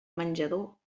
menjador